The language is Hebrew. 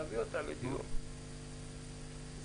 נביא אותה לדיון, נשאל